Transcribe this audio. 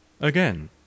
Again